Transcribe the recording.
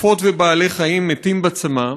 עופות ובעלי-חיים מתים בצמא.